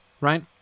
Right